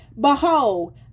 Behold